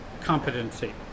competency